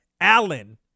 Allen